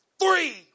three